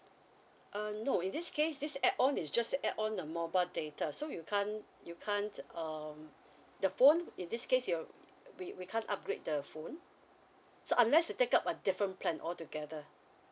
uh no in this case this add on is just add on the mobile data so you can't you can't um the phone in this case you we we can't upgrade the phone so unless you take up a different plan all together